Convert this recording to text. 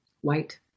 white